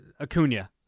Acuna